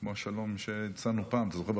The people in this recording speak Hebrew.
כמו השלום שהצענו פעם, אתה זוכר?